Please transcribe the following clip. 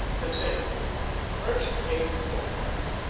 consider first came the photograph.